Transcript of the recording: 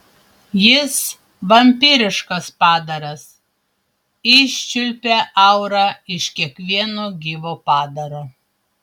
jis vampyriškas padaras iščiulpia aurą iš kiekvieno gyvo padaro